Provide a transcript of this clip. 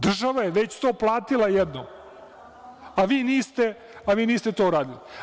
Država je već to platila jednom, a vi niste to uradili.